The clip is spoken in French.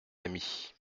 ami